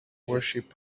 worship